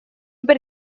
per